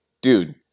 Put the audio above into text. dude